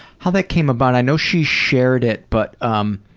how that came about. i know she shared it but um